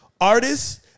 artists